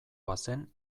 bazen